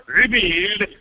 revealed